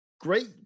great